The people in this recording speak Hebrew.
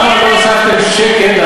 לגבי כל פריט בתקציב.